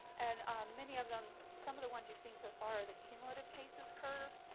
and many of them, some of the ones you've seen so far are the cumulative cases curve.